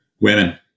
Women